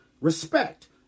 respect